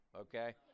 Okay